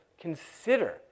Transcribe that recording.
consider